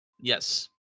Yes